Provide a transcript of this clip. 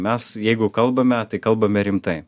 mes jeigu kalbame tai kalbame rimtai